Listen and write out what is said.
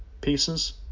pieces